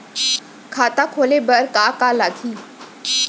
खाता खोले बार का का लागही?